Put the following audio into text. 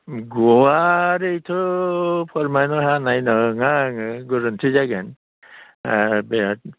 गुवारैथ' फोरमायनो हानाय नङा आङो गोरोन्थि जागोन बिराद